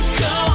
go